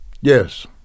Yes